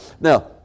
Now